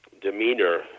demeanor